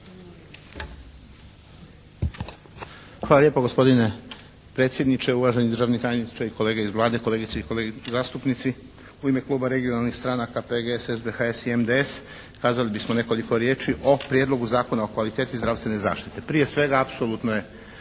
Hvala lijepo gospodine predsjedniče, uvaženi državni tajniče i kolege iz Vlade, kolegice i kolege zastupnici. U ime regionalnih stranaka PGS, SBHS i MDS kazali bismo nekoliko riječi o Prijedlogu zakona o kvaliteti zdravstvene zaštite. Prije svega apsolutno je